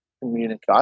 communicate